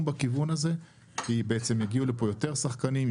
בכיוון הזה כי בעצם הגיעו לפה יותר שחקנים,